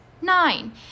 nine